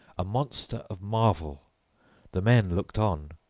a monster of marvel the men looked on.